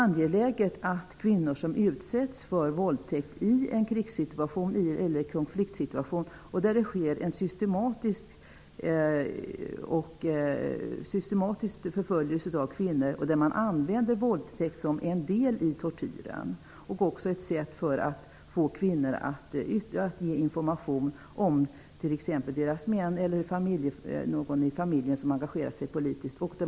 När kvinnor utsätts för våldtäkt i en kris eller konfliktsituation, ingår det ofta i en systematisk förföljelse av kvinnor, där man använder våldtäkt som en del i tortyren och som ett sätt att få kvinnor att ge information om t.ex. deras män eller någon i familjen som engagerat sig politiskt.